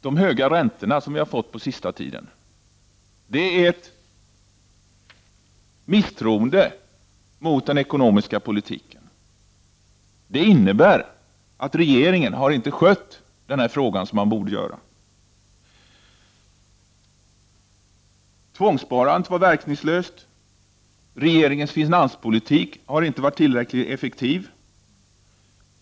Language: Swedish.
De höga räntor som vi har fått på sista tiden innebär ett misstroende mot den ekonomiska politiken. Det innebär att regeringen inte har skött denna fråga som den borde ha gjort. Tvångssparandet var verkningslöst. Regeringens finanspolitik har inte varit tillräckligt effektiv.